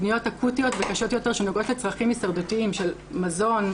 פניות אקוטיות וקשות יותר הנוגעות לצרכים הישרדותיים של מזון,